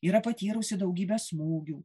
yra patyrusi daugybę smūgių